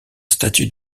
statut